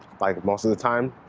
like, most of the time.